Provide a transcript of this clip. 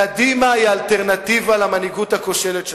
קדימה היא האלטרנטיבה למנהיגות הכושלת שלך.